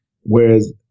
Whereas